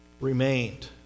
remained